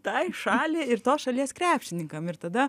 tai šaliai ir tos šalies krepšininkam ir tada